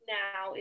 now